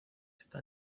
está